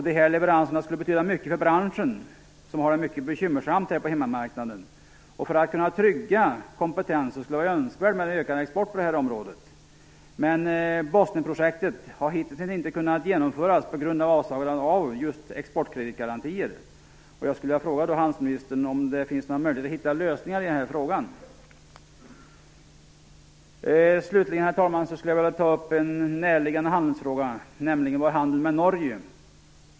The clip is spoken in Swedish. Dessa leveranser skulle betyda mycket för branschen, som har det mycket bekymmersamt här på hemmamarknaden. För att kunna trygga kompetensen skulle det vara önskvärt med en ökad export på detta område. Men Bosnienprojektet har hitintills inte kunnat genomföras på grund av avsaknad av just exportkreditgarantier. Slutligen, herr talman, skulle jag vilja ta upp en närliggande handelsfråga, nämligen vår handel med Norge.